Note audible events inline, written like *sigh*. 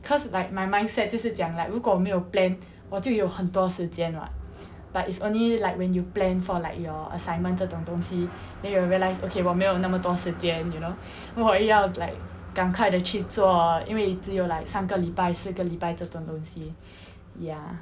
cause like my mindset 就是讲 like 如果没有 plan 我就有很多时间 [what] but it's only like when you plan for like your assignment 这种东西 then you will realise okay 我没有那么多时间 you know *breath* 我要 like 赶快地去做因为只有 like 三个礼拜四个礼拜这种东西 *breath* ya